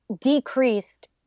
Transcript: decreased